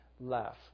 left